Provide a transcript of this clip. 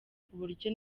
kuburyo